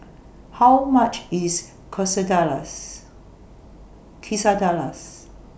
How much IS Quesadillas